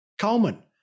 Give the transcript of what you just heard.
Coleman